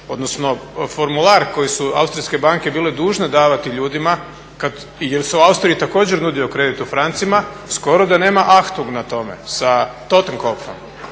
odnosno formular koji su austrijske banke bile dužne davati ljudima jel se u Austriji također nudio kredit u francima, skoro da nema achtung na tome sa totenkopfom.